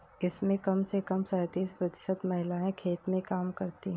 इसमें कम से कम तैंतीस प्रतिशत महिलाएं खेत में काम करती हैं